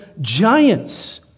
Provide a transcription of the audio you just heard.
giants